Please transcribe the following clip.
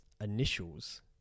initials